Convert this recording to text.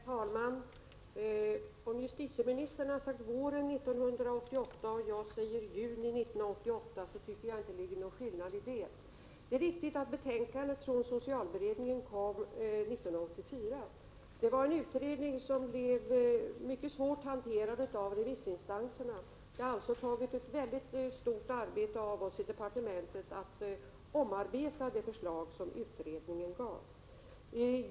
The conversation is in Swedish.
Herr talman! Om justitieministern har sagt ”våren 1988” och jag säger ”juni 1988”, tycker jag inte att det föreligger någon skillnad. Det är riktigt att betänkandet från socialberedningen kom 1984. Det var en utredning som blev svårt hanterad av remissinstanserna. Det har krävts mycket stort arbete av oss inom departementet för att omarbeta det förslag som utredningen avlämnade.